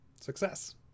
Success